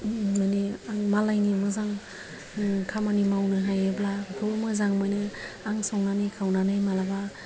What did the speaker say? माने आं मालायनि मोजां खामानि मावनो हायोब्ला बेखौबो मोजां मोनो आं संनानै खावनानै मालाबा